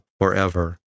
forever